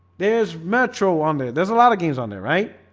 there's metro on there. there's a lot of games on there, right?